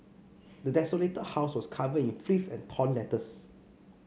the desolated house was covered in filth and torn letters